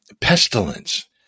pestilence